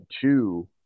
two